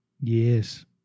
Yes